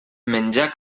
menjar